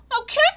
okay